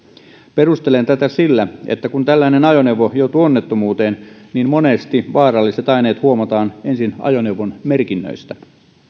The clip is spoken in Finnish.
perustelen tätä sillä että kun tällainen ajoneuvo joutuu onnettomuuteen monesti vaaralliset aineet huomataan ensin ajoneuvon merkinnöistä